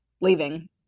leaving